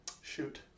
Shoot